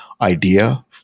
idea